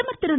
பிரதமர் திரு